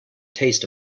taste